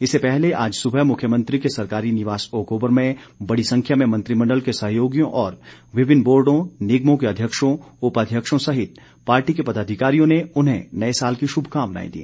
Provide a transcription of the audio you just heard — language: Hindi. इससे पहले आज सुबह मुख्यमंत्री के सरकारी निवास ओकओवर में बड़ी संरव्या में मंत्रिमण्डल के सहयोगियों और विभिन्न बोर्डो निगमों के अध्यक्षों उपाध्यक्षों सहित पार्टी के पदाधिकारियों ने उन्हें नए साल की शुभकामनाएं दी